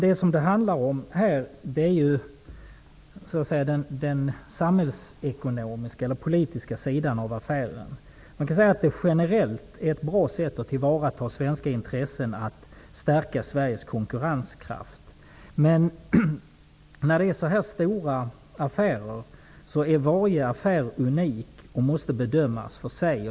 Detta handlar egentligen om den samhällsekonomiska eller politiska sidan av affären. Att stärka Sveriges konkurrenskraft är generellt ett bra sätt att tillvarata svenska intressen. Men när det är så här stora affärer är varje affär unik och måste bedömas för sig.